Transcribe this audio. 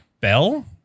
Bell